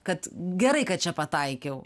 kad gerai kad čia pataikiau